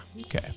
Okay